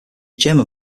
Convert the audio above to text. german